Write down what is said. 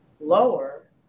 lower